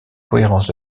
cohérence